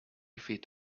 feet